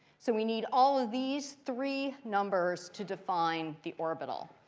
so we need all of these three numbers to define the orbital.